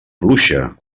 pluja